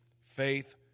faith